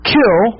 kill